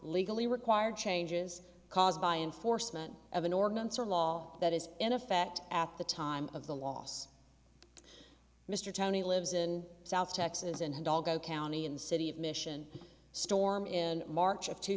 legally required changes caused by enforcement of an ordinance or law that is in effect at the time of the loss mr tony lives in south texas and his dog go county and city of mission storm in march of two